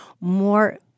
more